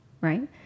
right